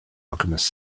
alchemist